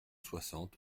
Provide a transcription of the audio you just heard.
soixante